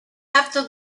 after